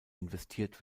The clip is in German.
investiert